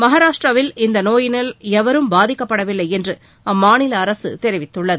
மகாராஷ்டிராவில் இந்நோயினால் எவரும் பாதிக்கப்படவில்லை என்று அம்மாநில அரசு தெரிவித்துள்ளது